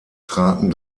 traten